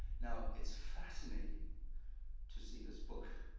now, it's fascinating to see this book,